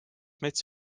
mets